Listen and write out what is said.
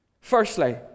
Firstly